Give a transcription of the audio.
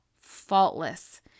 faultless